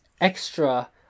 extra